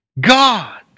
God